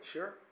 Sure